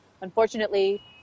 Unfortunately